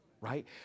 right